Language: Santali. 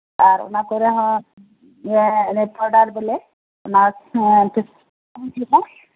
ᱟᱨ ᱚᱱᱟ ᱠᱚᱨᱮᱜ ᱦᱚᱸ ᱯᱟᱣᱰᱟᱨ ᱵᱚᱞᱮ ᱚᱱᱟ ᱠᱚᱢ ᱮᱢ ᱟᱫᱟ